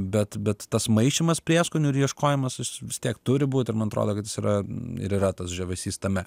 bet bet tas maišymas prieskonių ir ieškojimas jis vis tiek turi būt ir man atrodo kad jis yra ir yra tas žavesys tame